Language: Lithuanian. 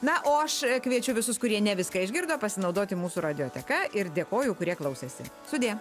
na o aš kviečiu visus kurie ne viską išgirdo pasinaudoti mūsų radioteka ir dėkoju kurie klausėsi sudie